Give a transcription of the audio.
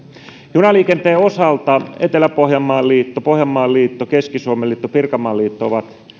junaliikenteen osalta etelä pohjanmaan liitto pohjanmaan liitto keski suomen liitto ja pirkanmaan liitto ovat